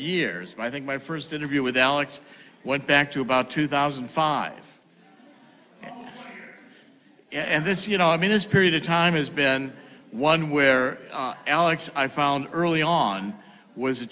years i think my first interview with alex went back to about two thousand and five and this you know i mean this period of time has been one where alex i found early on was a